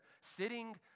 sitting